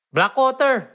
Blackwater